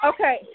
Okay